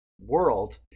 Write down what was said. world